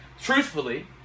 truthfully